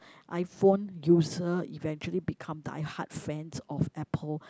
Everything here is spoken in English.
iPhone user eventually become diehard fans of Apple